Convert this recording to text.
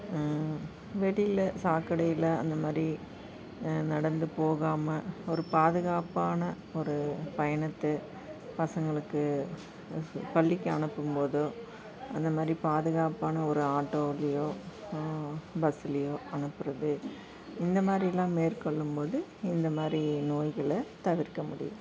வெளியில் சாக்கடையில் அந்த மாதிரி நடந்து போகாமல் ஒரு பாதுகாப்பான ஒரு பயணத்தை பசங்களுக்கு பள்ளிக்கு அனுப்பும் போதும் அந்த மாதிரி பாதுகாப்பான ஒரு ஆட்டோலேயோ பஸ்ஸுலேயோ அனுப்புகிறது இந்த மாதிரிலாம் மேற்கொள்ளும் போது இந்த மாதிரி நோய்களை தவிர்க்க முடியும்